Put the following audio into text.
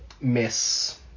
Miss